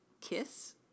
Kiss